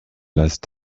last